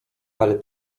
ale